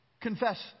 confess